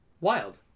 Wild